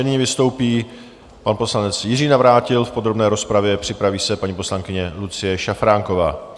Nyní vystoupí pan poslanec Jiří Navrátil v podrobné rozpravě, připraví se paní poslankyně Lucie Šafránková.